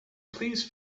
please